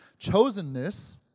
chosenness